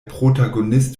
protagonist